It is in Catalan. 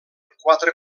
quatre